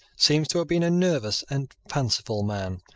seems to have been a nervous and fanciful man,